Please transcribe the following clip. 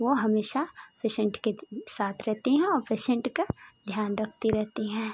वो हमेशा पेशेंट के साथ रहती हैं और पेशेंट का ध्यान रखती रहती हैं